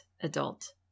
adult